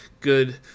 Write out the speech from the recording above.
good